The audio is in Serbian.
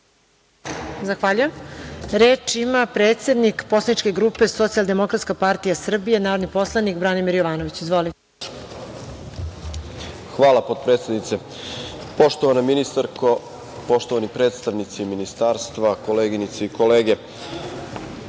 Zahvaljujem. Reč ima predsednik poslaničke grupe Socijaldemokratska partija Srbije, narodni poslanik Branimir Jovanović. Izvolite. **Branimir Jovanović** Hvala potpredsednice. Poštovana ministarko, poštovani predstavnici ministarstva, koleginice i kolege,